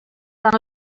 tant